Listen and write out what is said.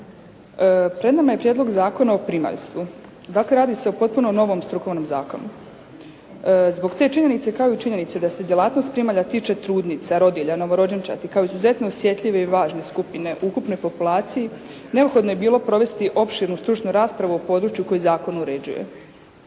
pred nama je Prijedlog zakona o primaljstvu. Dakle radi se o potpuno novom strukovnom zakonu. Zbog te činjenice kao i činjenice da se djelatnost primalja tiče trudnica, rodilja, novorođenčadi kao izuzetno osjetljive i važne skupine u ukupnoj populaciji neophodno je bilo provesti opširnu stručnu raspravu o području koje zakon uređuje.